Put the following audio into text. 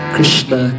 Krishna